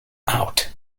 out